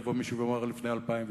יבוא מישהו ויאמר לפני אלפיים ושנתיים.